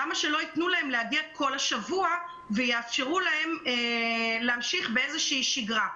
למה שלא יתנו להם להגיע כל השבוע כדי לאפשר להם להמשיך באיזו שהיא שגרה?